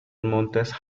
montes